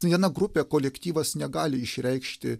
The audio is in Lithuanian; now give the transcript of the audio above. viena grupė kolektyvas negali išreikšti